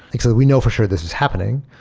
except we know for sure this is happening.